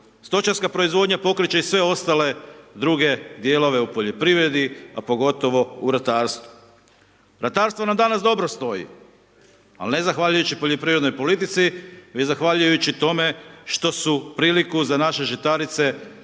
Stočarska proizvodnja pokreće i sve ostale druge dijelove u poljoprivredi a pogotovo u ratarstvu. Ratarstvo nam danas dobro stoji ali ne zahvaljujući poljoprivrednoj politici već zahvaljujući tome što su priliku za naše žitarice